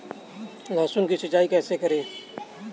लहसुन की सिंचाई कैसे करें?